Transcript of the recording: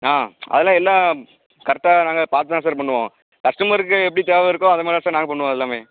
அதெல்லாம் எல்லாம் கரெக்ட்டாக நாங்கள் பார்த்து தான் சார் பண்ணுவோம் கஸ்டமர்க்கு எப்படி தேவை இருக்கோ அதை மாதிரி தான் சார் நாங்கள் பண்ணுவோம் எல்லாமே